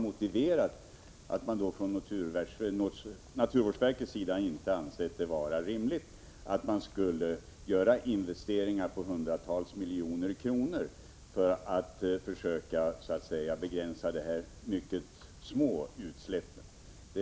Man har från naturvårdsverkets sida inte ansett det vara rimligt att göra investeringar på hundratals miljoner kronor för att försöka begränsa dessa mycket små utsläpp.